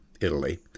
Italy